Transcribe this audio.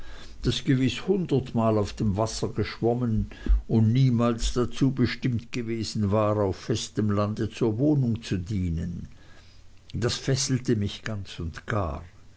das gewiß hundertmal auf dem wasser geschwommen und niemals dazu bestimmt gewesen war auf festem lande zur wohnung zu dienen das fesselte mich ganz und gar